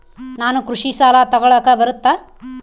ನಾನು ಕೃಷಿ ಸಾಲ ತಗಳಕ ಬರುತ್ತಾ?